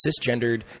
cisgendered